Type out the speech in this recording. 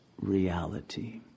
reality